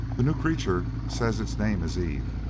the new creature says its name is eve.